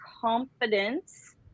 confidence